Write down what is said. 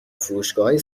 فروشگاههای